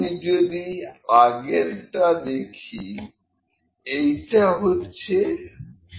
আমি যদি আগেরটা দেখি এইটা হচ্ছে পার্ট d